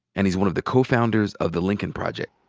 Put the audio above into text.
and he's one of the co-founders of the lincoln project.